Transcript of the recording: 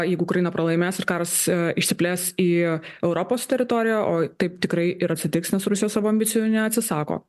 jeigu ukraina pralaimės ir karas išsiplės į europos teritoriją o taip tikrai ir atsitiks nes rusija savo ambicijų neatsisako